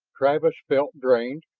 travis felt drained,